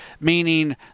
meaning